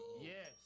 yes